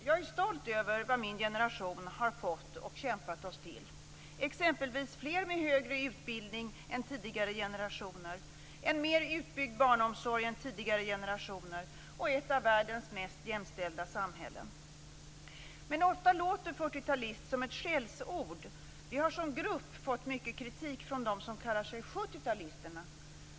Jag är stolt över vad vi i min generation har fått och kämpat oss till: · en mer utbyggd barnomsorg än tidigare generationer · och ett av världens mest jämställda samhällen. Men ofta låter fyrtiotalist som ett skällsord. Vi har som grupp fått mycket kritik från dem som kallar sig sjuttiotalisterna.